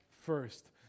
first